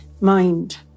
mind